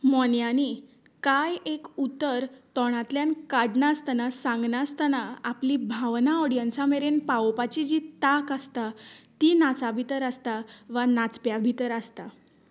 मोन्यांनी कांय एक उतर तोंडांतल्यान काडनासतना सांगनासताना आपली भावनां ऑडियन्सां मेरेन पावोवपाची जी तांक आसता ती नाचा भितर आसता वा नाचप्यां भितर आसता